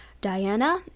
Diana